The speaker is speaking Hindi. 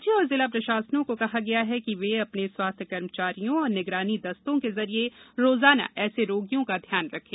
राज्य और जिला प्रशासनों को कहा गया है कि वे अपने स्वास्थ्य कर्मचारियों और निगरानी दस्तों के जरिए रोजाना ऐसे रोगियों का ध्यान रखें